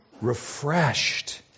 Refreshed